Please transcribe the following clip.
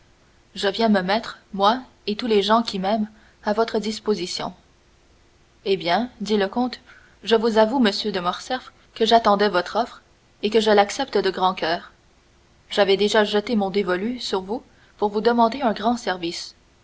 je viens me mettre moi et tous les gens qui m'aiment à votre disposition eh bien dit le comte je vous avoue monsieur de morcerf que j'attendais votre offre et que je l'accepte de grand coeur j'avais déjà jeté mon dévolu sur vous pour vous demander un grand service